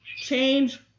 Change